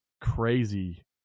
crazy